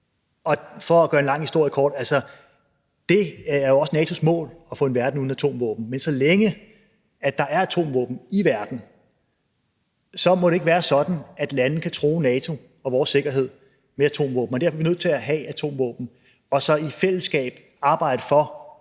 For at gøre en lang historie kort: Det er også NATO's mål at få en verden uden atomvåben, men så længe der er atomvåben i verden, må det ikke være sådan, at lande kan true NATO og vores sikkerhed med atomvåben. Derfor er vi nødt til at have atomvåben og så i fællesskab arbejde for